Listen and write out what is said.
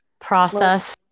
process